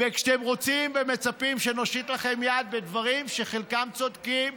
וכשאתם רוצים ומצפים שנושיט לכם יד בדברים שחלקם צודקים,